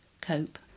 cope